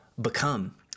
become